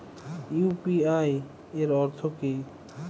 UPI এর অর্থ কি?